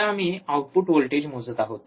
आता आम्ही output voltage मोजत आहोत